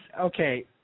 okay